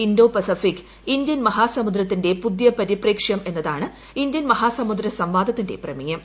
Indo Pacific Indian മഹാസമുദ്രത്തിന്റെ പുതീയ പരിപ്രേക്ഷ്യം എന്നതാണ് ഇന്ത്യൻ മഹാസമുദ്ര സംവാദത്തിന്റെട്രാ്പ്രമേയം